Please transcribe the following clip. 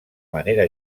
manera